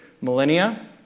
millennia